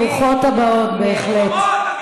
ברוכות הבאות, בהחלט.